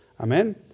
Amen